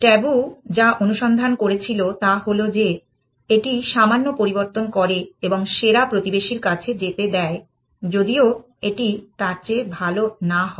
tabu যা অনুসন্ধান করেছিল তা হল যে এটি সামান্য পরিবর্তন করে এবং সেরা প্রতিবেশীর কাছে যেতে দেয় যদিও এটি তার চেয়ে ভাল না হয়